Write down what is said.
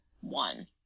one